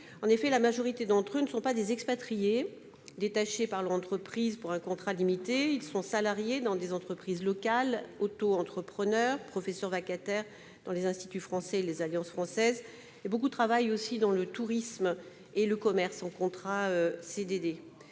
En effet, la majorité de ces Français ne sont pas des expatriés détachés par l'entreprise pour un contrat limité : ils sont salariés dans des entreprises locales, autoentrepreneurs, professeurs vacataires dans les instituts français et les alliances françaises ou travaillent dans le tourisme et le commerce en contrats